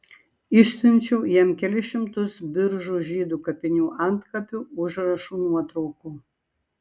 išsiunčiau jam kelis šimtus biržų žydų kapinių antkapių užrašų nuotraukų